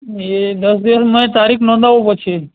એ દસ દિવસમાં તારીખ નોંધવું પછી